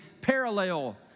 parallel